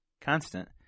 constant